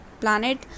planet